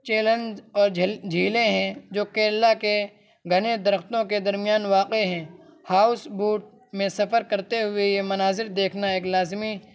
challenge اور جھیلیں ہیں جو کیرلا کے گھنے درختوں کے درمیان واقع ہیں ہاؤس بوٹ میں سفر کرتے ہوئے یہ مناظر دیکھنا ایک لازمی